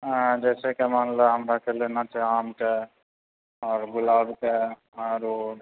जाहिसॅं कि माइन लए हमरा के लेना छै आम के आओर गुलाब के आओरो